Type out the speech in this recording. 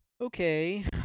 Okay